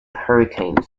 hurricanes